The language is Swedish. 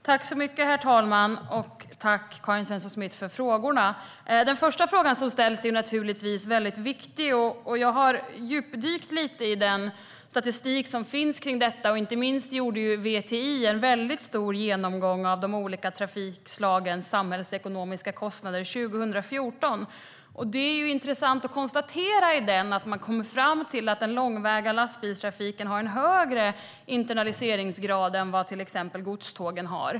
Herr talman! Tack, Karin Svensson Smith, för frågorna. Den första fråga som ställdes är naturligtvis väldigt viktig, och jag har djupdykt lite i den statistik som finns för detta. Inte minst gjorde VTI en väldigt stor genomgång av de olika trafikslagens samhällsekonomiska kostnader 2014. I den konstateras att den långväga lastbilstrafiken har en högre internaliseringsgrad än vad till exempel godstågen har.